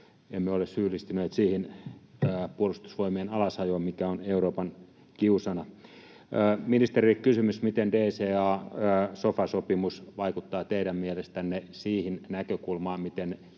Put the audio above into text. Emme ole syyllistyneet siihen puolustusvoimien alasajoon, mikä on Euroopan kiusana. Ministerille kysymys: Miten DCA- ja sofa-sopimus vaikuttavat teidän mielestänne siihen näkökulmaan, miten